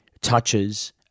touches